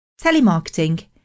Telemarketing